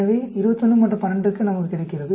எனவே 21 மற்றும் 12 நமக்கு கிடைக்கிறது